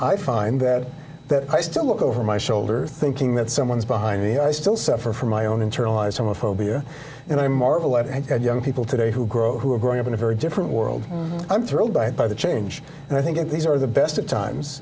find that i still look over my shoulder thinking that someone is behind me i still suffer from my own internalized homophobia and i marvel at young people today who grow who are growing up in a very different world i'm thrilled by the change and i think that these are the best of times